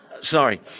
Sorry